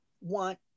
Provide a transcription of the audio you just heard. want